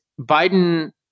Biden